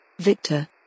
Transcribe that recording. Victor